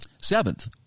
Seventh